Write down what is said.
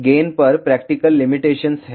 gain पर practical limitations हैं